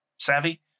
savvy